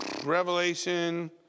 Revelation